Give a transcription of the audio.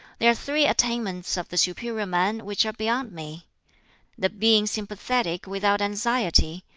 there are three attainments of the superior man which are beyond me the being sympathetic without anxiety,